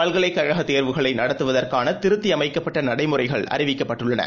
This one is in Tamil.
பல்கலைக் கழக் தேர்வுகளைநடத்துவதற்கானதிருத்தியமைக்கப்பட்டநடைமுறைகள் அறிவிக்கப்பட்டுள்ளன